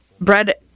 Bread